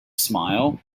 smile